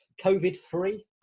COVID-free